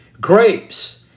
Grapes